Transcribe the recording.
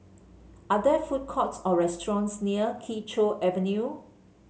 are there food courts or restaurants near Kee Choe Avenue